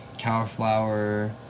cauliflower